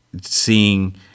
seeing